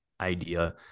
idea